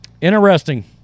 Interesting